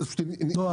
זה פשוט -- לא,